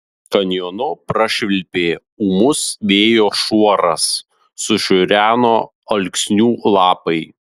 kanjonu prašvilpė ūmus vėjo šuoras sušiureno alksnių lapai